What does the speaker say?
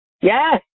Yes